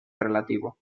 relativo